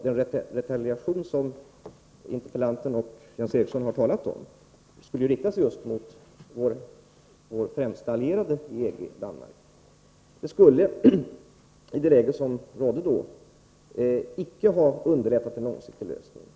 Den retaliation som interpellanten och Jens Eriksson har talat om skulle ju komma att rikta sig just mot vår främsta allierade i EG, Danmark. I det läge som rådde då skulle en sådan åtgärd icke ha lett till en långsiktig lösning.